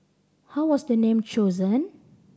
how was the name chosen